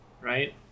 Right